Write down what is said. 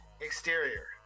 Exterior